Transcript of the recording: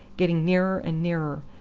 getting nearer and nearer,